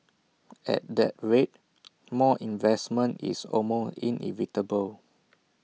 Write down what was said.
at that rate more investment is almost inevitable